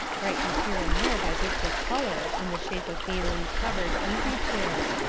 brightened here and there by bits of colour in the shape of gaily-covered easy-chairs,